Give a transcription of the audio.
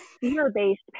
Fear-based